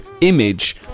image